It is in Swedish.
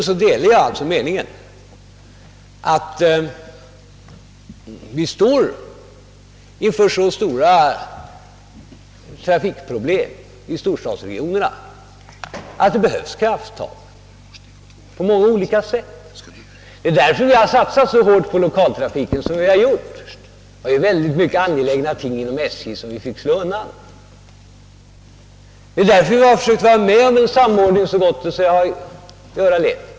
Jag delar nämligen uppfattningen att vi står inför så stora trafikproblem i storstadsregionerna, att vi måste ta krafttag för att komma till rätta med dem. Därför har vi också satsat så hårt på lokaltrafiken som vi gjort. Det var oerhört många angelägna ting inom SJ som vi måste ställa åt sidan. Det är också därför som vi har försökt vara med om en samordning, så gott detta låtit sig göra.